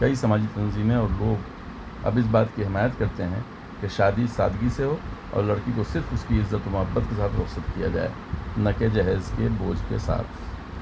کئی سماجی تنظیمیں اور لوگ اب اس بات کی حمایت کرتے ہیں کہ شادی سادگی سے ہو اور لڑکی کو صرف اس کی عزت محبت کے ساتھ رخصت کیا جائے نہ کہ جہیز کے بوجھ کے ساتھ